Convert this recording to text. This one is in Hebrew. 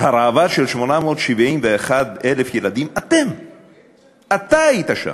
הרעבה של 871,000 ילדים, אתה היית שם.